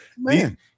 man